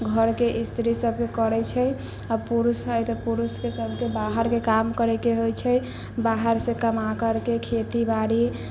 स्त्री सब करै छै आ पुरुष है तऽ पुरुष के सबके बाहर के काम करै के होइ छै बाहर से कमा करके खेती बारी